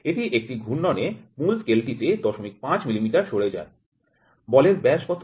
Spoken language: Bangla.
এটি একটি ঘূর্ণনে মূল স্কেলটিতে ০৫ মিলিমিটার সরে যায় বলের ব্যাস কত